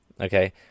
okay